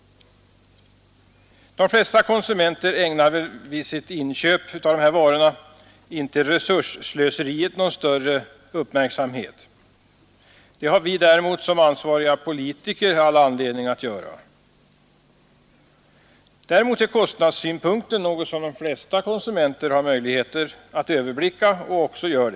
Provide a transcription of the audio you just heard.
De flesta konsumenter ägnar väl vid sitt inköp av de här varorna inte resursslöseriet någon större uppmärksamhet. Men det har vi som ansvariga politiker all anledning att göra. Däremot är kostnadssynpunkten något som de flesta konsumenter har möjlighet att överblicka och också gör.